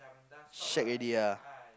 shag already ah